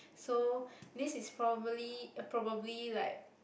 so this is probably~ uh probably like